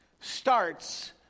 starts